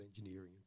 engineering